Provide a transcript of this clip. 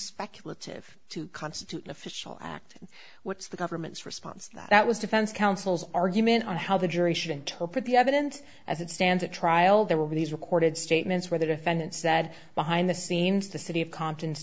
speculative to constitute official act what's the government's response that was defense counsel's argument on how the jury should interpret the evident as it stands at trial there will be these recorded statements where the defendant said behind the scenes the city of co